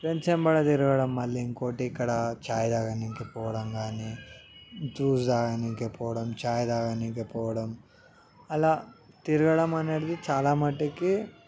friends వెంబడ తిరగడం మళ్ళీ ఇంకోటి ఇక్కడ చాయ్ తాగనీకి పోవడం గానీ జ్యూస్ తాగనీకి పోవడం చాయ్ తాగనీకి పోవడం అలా తిరగడం అనేటిది చాలా మట్టికి